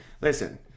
listen